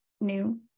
new